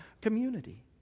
community